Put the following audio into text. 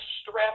strap